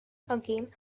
again